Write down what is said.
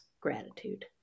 gratitude